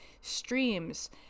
streams